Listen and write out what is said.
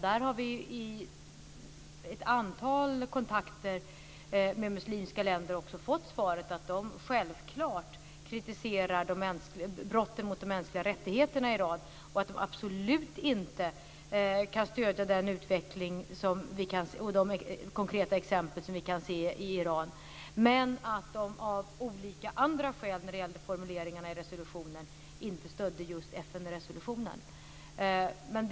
Där har vi i ett antal kontakter med muslimska länder också fått svaret att de självklart kritiserar brotten mot de mänskliga rättigheterna i Iran och att de absolut inte kan stödja den utveckling och de konkreta exempel som vi kan se i Iran, men att de av olika andra skäl när det gäller formuleringarna i resolutionen inte stödde just FN-resolutionen.